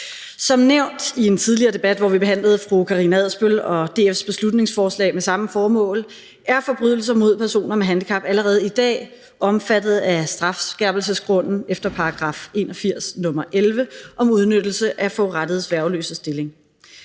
Som nævnt i en tidligere debat, hvor vi behandlede fru Karina Adsbøl og DF's beslutningsforslag med samme formål, er forbrydelser mod personer med handicap allerede i dag omfattet af strafskærpelsesgrunden efter § 81, nr. 11, om udnyttelse af forurettedes værgeløse stilling.